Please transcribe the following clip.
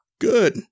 good